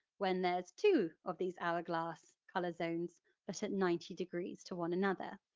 when there's two of these hour-glass colour zones but at ninety degrees to one another,